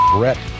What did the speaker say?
Brett